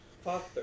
Father